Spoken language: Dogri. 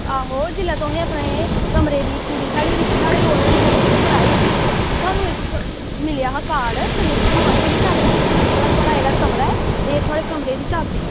आहो जेल्लै तुसें अपने पूरे कमरे दी साढ़े कोला रिजर्वेशन कराई ही ते थाह्नूं मिलेआ हा कार्ड ते कन्नै चाभी दित्ती ही की भला थुआढ़ा जेह्ड़ा कमरा ऐ एह् थुआढ़े कमरे दी चाभी